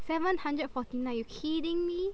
seven hundred forty nine you kidding me